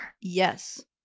Yes